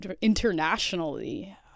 internationally